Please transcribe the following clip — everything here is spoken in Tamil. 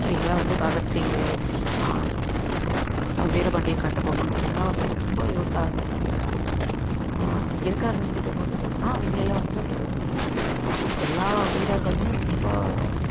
இவங்கலாம் வந்து பகத்சிங்கு வீரபாண்டிய கட்டபொம்மன் இவங்கலாம் வந்து ரொம்ப உயிர்த் தியாகங்கள் பண்ணியிருக்காங்க எதுக்காக இவங்க பேர் மட்டும் சொல்றேன்னால் அவங்களைலாம் வந்து எல்லா வீரர்களுமே ரொம்ப